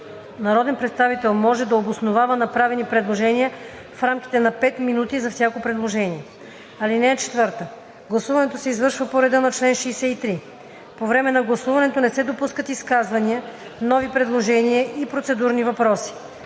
Народен представител може да обосновава направени предложения в рамките на 5 минути за всяко предложение. (4) Гласуването се извършва по реда на чл. 63. По време на гласуването не се допускат изказвания, нови предложения и процедурни въпроси.